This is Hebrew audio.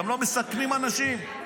גם לא מסכנים אנשים.